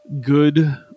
good